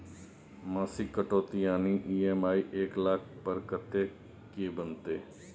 मासिक कटौती यानी ई.एम.आई एक लाख पर कत्ते के बनते?